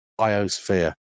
biosphere